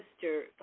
sister